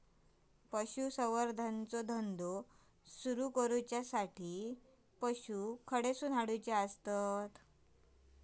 पशुसंवर्धन चा धंदा सुरू करूच्या खाती पशू खईसून हाडूचे?